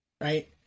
right